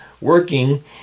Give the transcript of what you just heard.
working